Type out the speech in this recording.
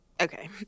Okay